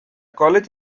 college